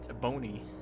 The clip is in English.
bony